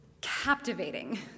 captivating